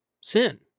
sin